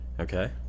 Okay